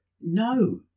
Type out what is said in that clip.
No